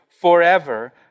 forever